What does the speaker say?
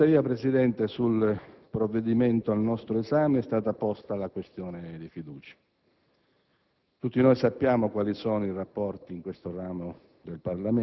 in contrasto con il programma elettorale e con la stessa cultura politica del centro-sinistra.